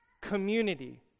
community